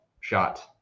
shot